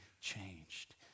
changed